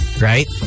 right